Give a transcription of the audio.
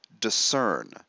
discern